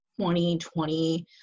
2020